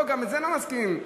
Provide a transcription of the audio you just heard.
גם לזה לא מסכימים.